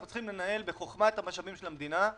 אנחנו צריכים לנהל את המשאבים של המדינה בחוכמה